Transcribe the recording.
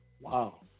Wow